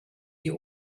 die